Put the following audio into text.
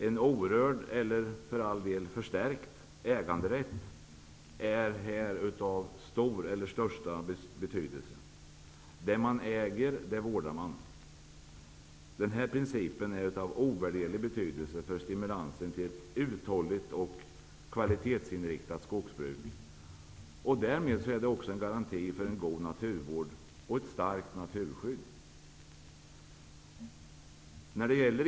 En orörd, eller för all del förstärkt, äganderätt är här av största betydelse. Det man äger, vårdar man. Den här principen är av ovärderlig betydelse för stimulansen till ett uthålligt och kvalitetsinriktat skogsbruk. Därmed är den också en garanti för en god naturvård och ett starkt naturskydd.